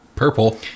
Purple